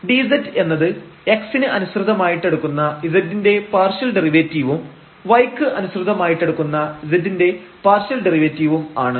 dz എന്നത് x ന് അനുസൃതമായിട്ട് എടുക്കുന്ന z ന്റെ പാർഷ്യൽ ഡെറിവേറ്റീവും y ക്ക് അനുസൃതമായിട്ട് എടുക്കുന്ന z ന്റെ പാർഷ്യൽ ഡെറിവേറ്റീവും ആണ്